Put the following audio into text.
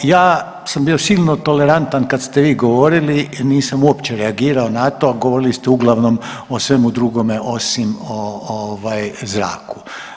Ovaj, ja sam bio silno tolerantan kad ste vi govorili, nisam uopće reagirao na to, a govorili ste uglavnom o svemu drugome osim o ovaj, zraku.